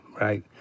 right